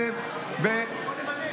בוא נמנה.